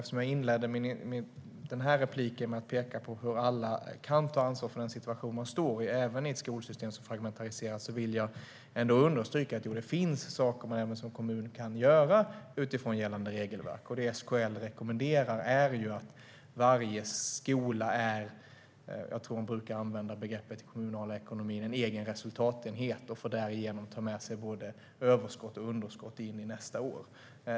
Eftersom jag inledde det här inlägget med att peka på hur alla kan ta ansvar för den situation man befinner sig i, även i ett skolsystem som fragmentiserats, vill jag ändå understryka att det finns saker som kommuner kan göra utifrån gällande regelverk. Det SKL rekommenderar är att varje skola ska vara en egen resultatenhet som därigenom får ta med sig både överskott och underskott in i påföljande år.